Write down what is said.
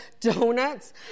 donuts